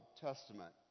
Testament